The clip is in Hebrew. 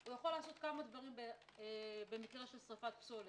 הוא יכול לעשות כמה דברים במקרה של שריפת פסולת: